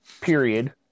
period